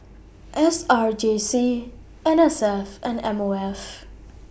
S R J C N S F and M O F